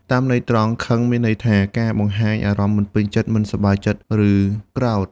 តាមន័យត្រង់ "ខឹង" មានន័យថា ការបង្ហាញអារម្មណ៍មិនពេញចិត្ត មិនសប្បាយចិត្ត ឬក្រោធ។